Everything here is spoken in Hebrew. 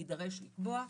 נידרש לקבוע,